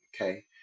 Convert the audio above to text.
Okay